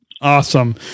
awesome